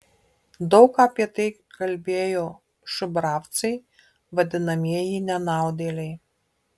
daug apie tai kalbėjo šubravcai vadinamieji nenaudėliai